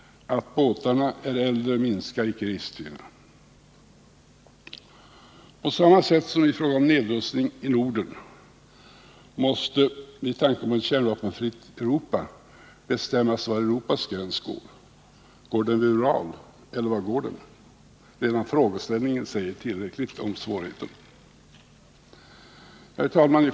Att båtarna är äldre minskar inte riskerna. På samma sätt måste man i fråga om nedrustning i Europa och tanken på ett kärnvapenfritt Europa bestämma var Europas gräns går. Går den vid Ural? Eller var går den? Redan frågeställningen säger tillräckligt om svårigheten. Herr talman!